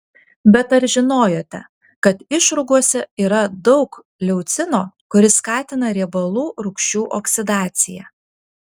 bet ar žinojote kad išrūgose yra daug leucino kuris skatina riebalų rūgščių oksidaciją